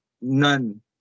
None